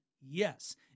Yes